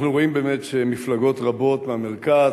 אנחנו רואים באמת שמפלגות רבות מהמרכז,